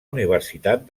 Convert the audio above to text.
universitat